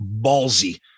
ballsy